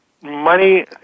money